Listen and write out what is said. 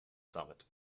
summit